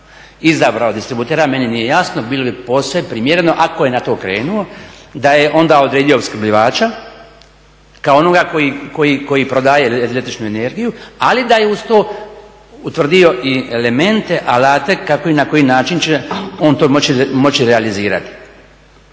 izabrao distributera meni nije jasno. Bilo bi posve primjereno ako je na to krenuo da je onda odredio opskrbljivača kao onoga koji prodaje električnu energiju ali da je uz to utvrdio i elemente, alate kako i na koji način će on to moći realizirati.